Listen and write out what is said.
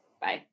Bye